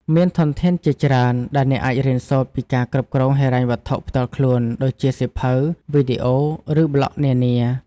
មានធនធានជាច្រើនដែលអ្នកអាចរៀនសូត្រពីការគ្រប់គ្រងហិរញ្ញវត្ថុផ្ទាល់ខ្លួន ដូចជាសៀវភៅ វីដេអូ ឬប្លក់នានា។